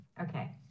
okay